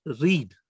read